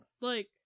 Like-